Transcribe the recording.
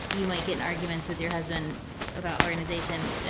you might get in arguments with your husband about organization.